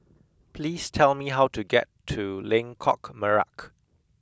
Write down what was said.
please tell me how to get to Lengkok Merak